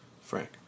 Frank